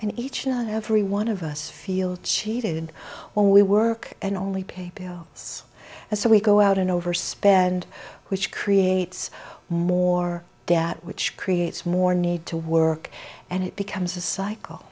and each and every one of us feel cheated when we work and only pay bills and so we go out and overspend which creates more debt which creates more need to work and it becomes a cycle